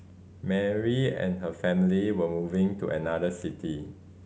Mary and her family were moving to another city